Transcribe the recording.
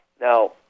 Now